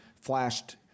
flashed